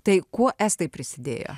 tai kuo estai prisidėjo